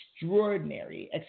extraordinary